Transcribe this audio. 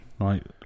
Right